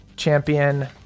champion